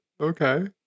Okay